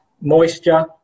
moisture